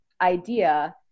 idea